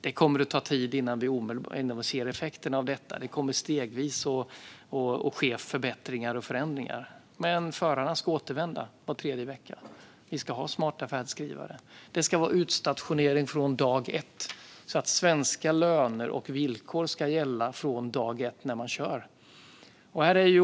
Det kommer att ta tid innan vi ser effekterna av detta; det kommer att ske förbättringar och förändringar stegvis. Men förarna ska återvända var tredje vecka. Vi ska ha smarta färdskrivare. Det ska vara utstationering från dag ett, så att svenska löner och villkor ska gälla från dag ett när man kör.